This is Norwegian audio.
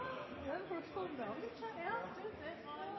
de hadde fått, fordi de